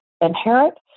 inherit